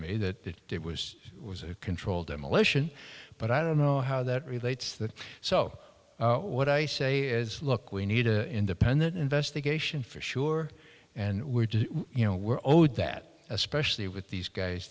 me that it was a controlled demolition but i don't know how that relates that so what i say is look we need a independent investigation for sure and we're just you know we're owed that especially with these guys